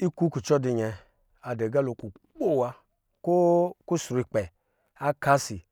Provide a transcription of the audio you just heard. Ikukucɔ dunyɛ adu aga lo kukpo wa ko kusrukpɛ akasi